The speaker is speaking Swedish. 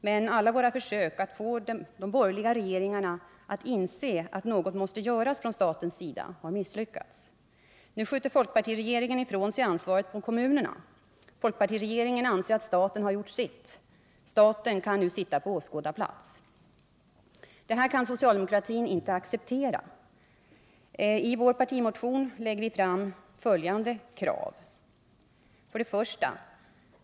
Men alla våra försök att få de borgerliga regeringarna att inse att något måste göras från statens sida har misslyckats. Nu skjuter folkpartiregeringen ifrån sig ansvaret till kommunerna. Folkpartiregeringen anser att staten har gjort sitt. Staten kan nu sitta på åskådarplats. Det här kan socialdemokratin inte acceptera. I vår partimotion lägger vi fram följande förslag. 1.